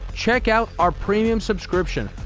check out our premium subscription,